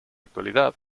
actualidad